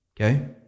Okay